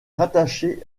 rattaché